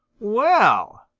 well!